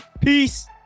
Peace